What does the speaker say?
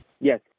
Yes